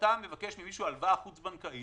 כאשר אתה מבקש ממישהו הלוואה חוץ-בנקאית